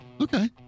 Okay